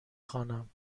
خوانم